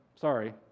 Sorry